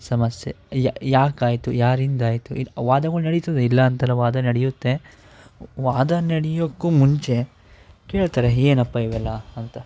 ಸಮಸ್ಯೆ ಯಾಕಾಯಿತು ಯಾರಿಂದಾಯಿತು ಇದು ವಾದಗಳು ನಡೀತದೆ ಇಲ್ಲ ಅಂತಲ್ಲ ವಾದ ನಡೆಯುತ್ತೆ ವಾದ ನಡೆಯೋಕ್ಕೂ ಮುಂಚೆ ಕೇಳ್ತಾರೆ ಏನಪ್ಪ ಇವೆಲ್ಲ ಅಂತ